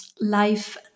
life